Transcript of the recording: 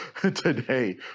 today